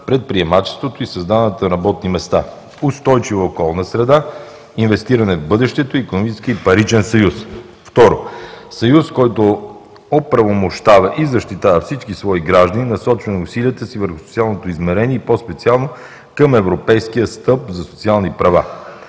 предприемачеството и създаването на работни места, устойчива околна среда, инвестиране в бъдещето, икономически и паричен съюз. Второ, съюз, който оправомощава и защитава всички свои граждани и насочваме усилията си върху социалното измерение и по-специално към европейския стълб за социални права,